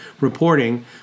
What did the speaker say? reporting